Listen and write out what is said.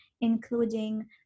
including